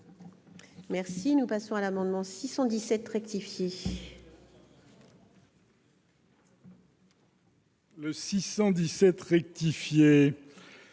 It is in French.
Merci, nous passons à l'amendement 617 rectifié.